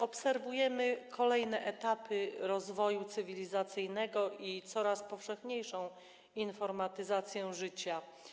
Obserwujemy kolejne etapy rozwoju cywilizacyjnego i coraz powszechniejszą informatyzację życia.